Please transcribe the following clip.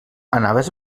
anaves